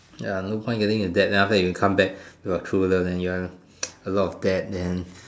ya no point getting a debt then after that you come back with your true love then you want a lot of debt then